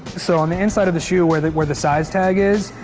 so on the inside of the shoe where the where the size tag is,